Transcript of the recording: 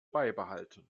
beibehalten